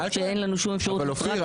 אופיר,